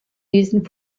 diesen